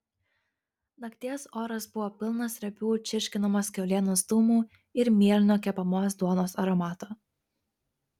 nakties oras buvo pilnas riebių čirškinamos kiaulienos dūmų ir mielinio kepamos duonos aromato